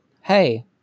hey